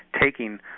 taking